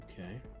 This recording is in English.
Okay